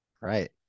right